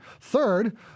Third